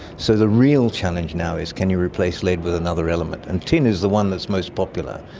so the real challenge now is can you replace lead with another element. and tin is the one that is most popular,